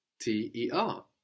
T-E-R